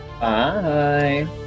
Bye